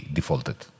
defaulted